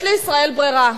יש לישראל ברירה.